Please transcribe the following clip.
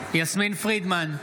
יסמין פרידמן,